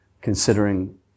considering